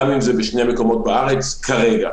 גם אם זה בשני מקומות בארץ כרגע.